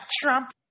Trump